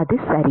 அது சரி